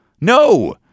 No